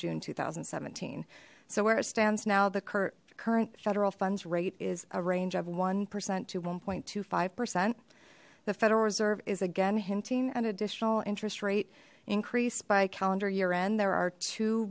june two thousand and seventeen so where it stands now the current federal funds rate is a range of one percent to one point two five percent the federal reserve is again hinting an additional interest rate increased by calendar year n there are two